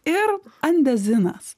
ir andezinas